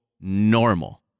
normal